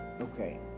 Okay